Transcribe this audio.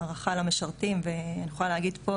הערכה למשרתים ואני יכולה להגיד פה,